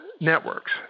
networks